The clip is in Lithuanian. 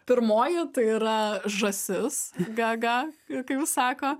pirmoji tai yra žąsis gaga ir kaip sako